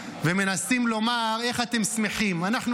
אבל עליכם נאמר: "ואתה על במותימו תדרֹך" כשהוא נפל בפניך,